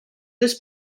this